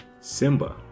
Simba